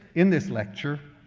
in this lecture.